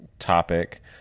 topic